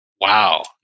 Wow